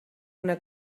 una